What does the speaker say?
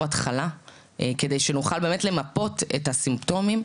התחלה כדי שנוכל באמת למפות את הסימפטומים.